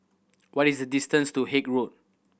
what is the distance to Haig Road